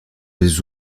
les